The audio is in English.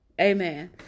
Amen